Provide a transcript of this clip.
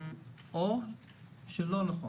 או שלא נכון?